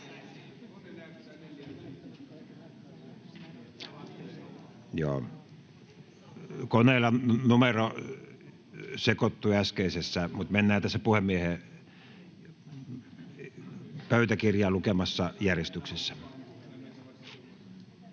Koneella numero sekoittui äsken, mutta mennään tässä puhemiehen pöytäkirjaan lukemassa järjestyksessä.